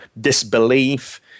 disbelief